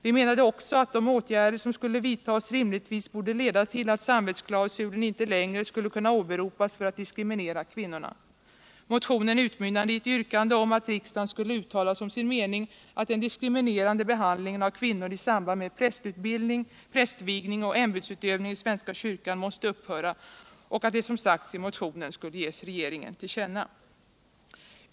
Vi menade också att de åtgärder som skulle vidtas rimligtvis borde Ieda till att samvetsklausulen inte längre skulle kunna åberopas för att diskriminera kvinnorna. Motionen utmynnade i ett yrkande om att riksdagen skulle uttala som sin mening att den diskriminerande behandlingen av kvinnor i samband med prästutbildning, prästvigning och ämbetsutövning i svenska kyrkan måste upphöra och att det som sagts I motionen skulle ges regeringen till känna.